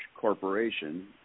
corporation